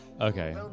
Okay